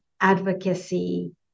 advocacy